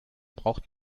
braucht